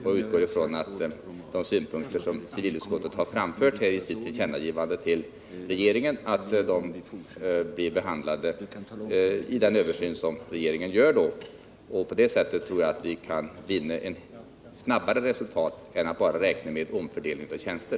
Jag utgår från att de synpunkter som civilutskottet har framfört i tillkännagivandet till regeringen blir behandlade i den översyn som regeringen med anledning därav kommer att göra. På det sättet tror jag att vi kan komma fram till ett snabbare resultat än om vi bara räknar med omfördelning av tjänster.